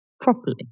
properly